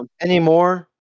anymore